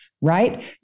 Right